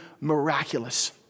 miraculous